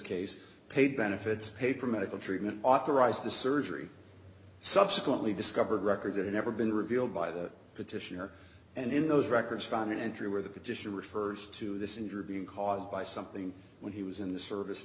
case paid benefits paid for medical treatment authorized the surgery subsequently discovered records that had never been revealed by the petitioner and in those records found an injury where the condition refers to this injury being caused by something when he was in the service and